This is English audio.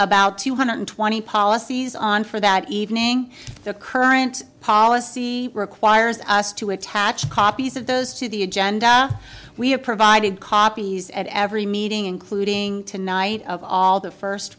about two hundred twenty policies on for that evening the current policy requires us to attach copies of those to the agenda we have provided copies at every meeting including tonight of all the first